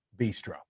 bistro